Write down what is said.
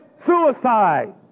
suicide